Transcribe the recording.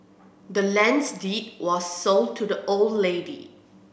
the land's deed was sold to the old lady